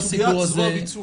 שני אתה בעולם החברות הממשלתיות.